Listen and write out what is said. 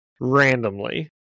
randomly